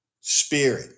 spirit